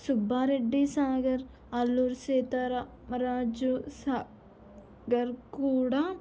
సుబ్బారెడ్డి సాగర్ అల్లూరి సీతారామరాజు సాగర్ కూడా